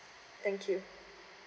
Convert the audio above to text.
thank you